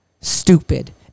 Stupid